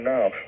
now